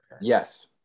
Yes